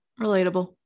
relatable